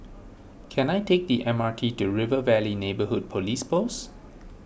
can I take the M R T to River Valley Neighbourhood Police Post